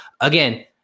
Again